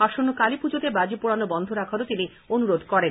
আসন্ন কালী পুজোতে বাজি ফাটানো বন্ধ রাখারও তিনি অনুরোধ করেন